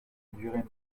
durée